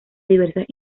diversas